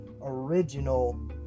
original